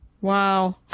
wow